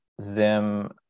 Zim